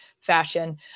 fashion